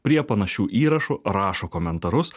prie panašių įrašų rašo komentarus